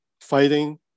fighting